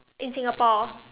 in Singapore